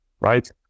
Right